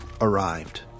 arrived